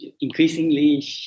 increasingly